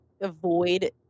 avoid